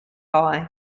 eye